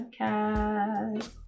Podcast